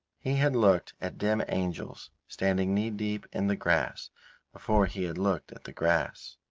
he had looked at dim angels standing knee-deep in the grass before he had looked at the grass.